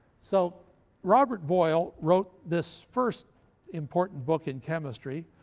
so robert boyle wrote this first important book in chemistry,